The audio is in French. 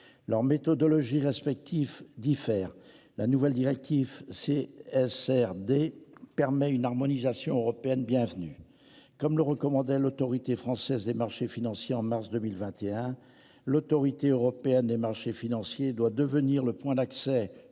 Leur méthodologie respectifs diffère la nouvelle directive si SRD. Permet une harmonisation européenne. Bienvenue. Comme le recommandait l'Autorité française des marchés financiers en mars 2021. L'Autorité européenne des marchés financiers doit devenir le point d'accès